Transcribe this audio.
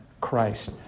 Christ